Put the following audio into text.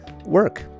work